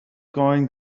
going